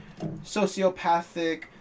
sociopathic